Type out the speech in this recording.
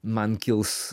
man kils